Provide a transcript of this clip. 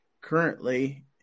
currently